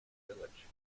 village